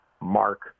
Mark